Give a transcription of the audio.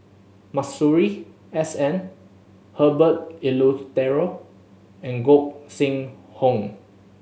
Masuri S N Herbert Eleuterio and Gog Sing Hooi